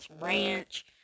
ranch